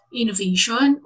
innovation